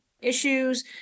issues